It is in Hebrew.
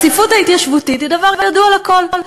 הרציפות ההתיישבותית היא דבר ידוע לכול.